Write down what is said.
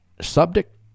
subject